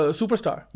superstar